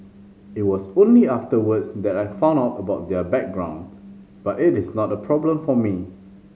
it was only afterwards that I found out about their background but it is not a problem for me